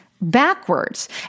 backwards